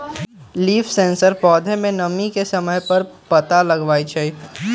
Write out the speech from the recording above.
leaf sensor पौधा में नमी के समय पर पता लगवई छई